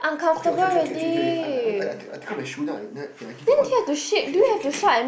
okay okay okay okay okay okay I like I mean take out my shoe then I give you all the okay okay okay okay okay